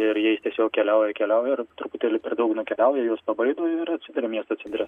ir jais tiesiog keliauja keliauja ir truputėlį per daug nukeliauja juos pabaido ir atsiduria miesto centre